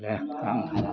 देह आं